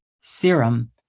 serum